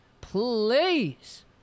Please